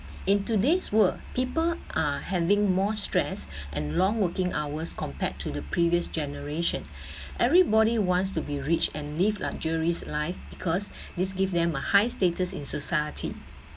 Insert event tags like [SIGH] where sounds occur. in today's world people are having more stress [BREATH] and long working hours compared to the previous generation [BREATH] everybody wants to be rich and live luxuries life because [BREATH] this give them a high status in society